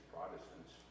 Protestants